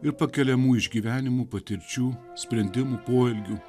ir pakeliamų išgyvenimų patirčių sprendimų poelgių